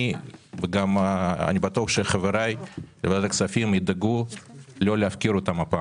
אני בטוח שחברי ועדת הכספים ידאגו לא להפקיר אותם הפעם.